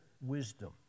wisdom